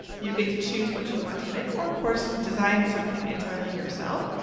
you get to choose what you want to make or, of course, design something entirely yourself.